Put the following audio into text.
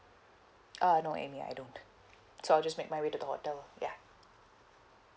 uh no amy I don't so I'll just make my way to the hotel lah ya